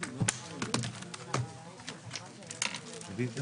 הישיבה ננעלה בשעה 11:05.